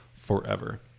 forever